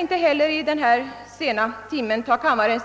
Inte heller skall jag vid denna sena timme ta kammarens